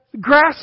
grass